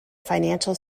financial